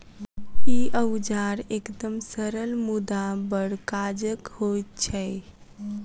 ई औजार एकदम सरल मुदा बड़ काजक होइत छै